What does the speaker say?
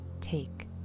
Take